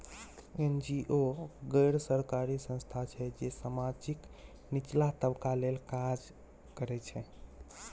NGO गैर सरकारी संस्था छै जे समाजक निचला तबका लेल काज करय छै